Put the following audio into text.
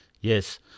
Yes